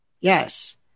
yes